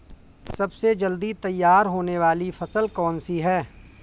सबसे जल्दी तैयार होने वाली फसल कौन सी है?